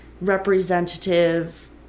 representative